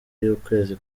y’ukwezi